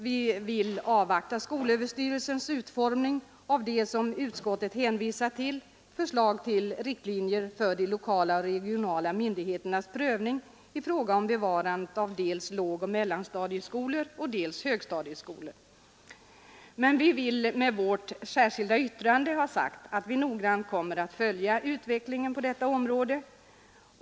Vi vill avvakta skolöverstyrelsens utformning av det förslag till riktlinjer, som utskottet hänvisar till, för de lokala och regionala myndigheternas prövning i fråga om bevarandet av dels lågoch mellanstadieskolor, dels högstadieskolor. Men vi vill med vårt särskilda yttrande ha sagt att vi noggrant kommer att följa utvecklingen på detta område.